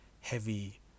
heavy